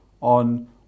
on